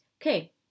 Okay